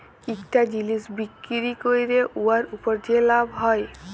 ইকটা জিলিস বিক্কিরি ক্যইরে উয়ার উপর যে লাভ হ্যয়